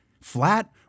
flat